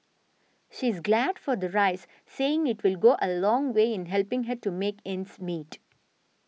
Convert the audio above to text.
she is glad for the raise saying it will go a long way in helping her to make ends meet